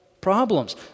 problems